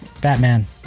Batman